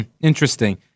Interesting